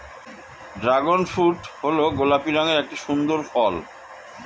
dragon fruit হল গোলাপি রঙের একটি সুন্দর ফল